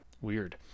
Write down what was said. Weird